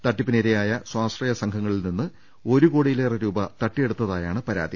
തട്ടിപ്പിനിരയായ സ്വാശ്രയ സംഘങ്ങളിൽനിന്ന് ഒരുകോടിയി ലേറെ രൂപ തട്ടിയെടുത്തായാണ് പരാതി